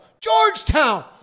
Georgetown